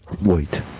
wait